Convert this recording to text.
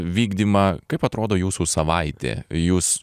vykdymą kaip atrodo jūsų savaitė jūs